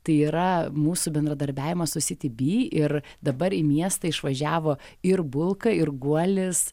tai yra mūsų bendradarbiavimas su sitiby ir dabar į miestą išvažiavo ir bulka ir guolis